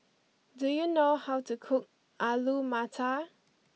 do you know how to cook Alu Matar